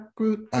Groot